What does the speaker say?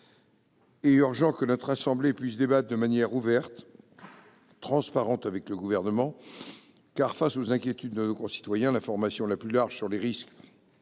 et urgent que notre assemblée puisse débattre de manière ouverte et transparente avec le Gouvernement : face aux inquiétudes de nos concitoyens, l'information la plus large sur les risques et les mesures prises